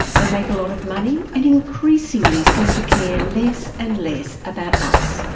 they make a lot of money and increasingly seem to care less and less about us,